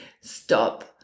stop